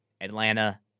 Atlanta